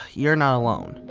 you're not alone.